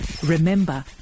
Remember